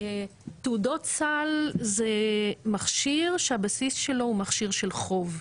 תעודות סל זה מכשיר שהבסיס של הוא מכשיר של חוב,